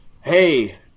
Hey